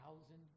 thousand